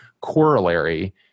corollary